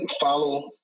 follow